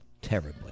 Terribly